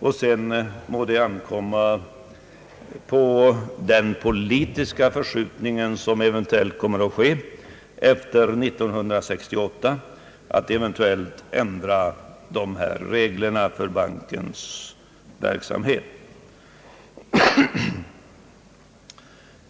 och sedan må det ankomma på den politiska förskjutning som eventuellt kommer att ske år 1968 att ändra dessa regler för bankens verksamhet.